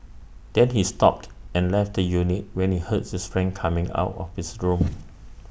then he stopped and left the unit when he heard his friend coming out of his room